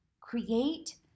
create